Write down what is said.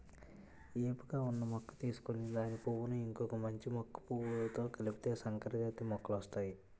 ఏపుగా ఉన్న మొక్క తీసుకొని దాని పువ్వును ఇంకొక మంచి మొక్క పువ్వుతో కలిపితే సంకరజాతి మొక్కలొస్తాయి